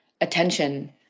attention